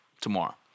tomorrow